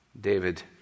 David